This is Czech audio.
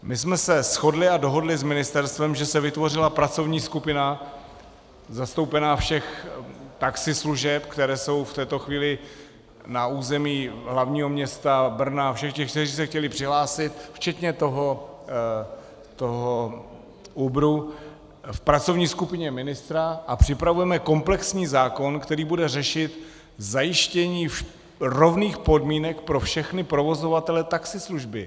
My jsme se shodli a dohodli s ministerstvem, že se vytvořila pracovní skupina zastoupená všech taxislužeb, které jsou v této chvíli na území hl. města Brna, všech těch, kteří se chtěli přihlásit, včetně toho Uberu, v pracovní skupině ministra a připravujeme komplexní zákon, který bude řešit zajištění rovných podmínek pro všechny provozovatele taxislužby.